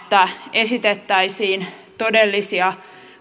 esitettäisiin todellisia